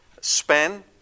span